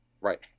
Right